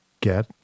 get